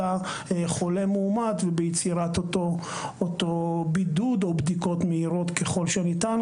חולה מאומת וביצירת אותו בידוד או בדיקות מהירות ככל שניתן,